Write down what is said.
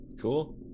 Cool